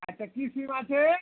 আচ্ছা কী সিম আছে